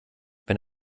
wenn